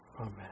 amen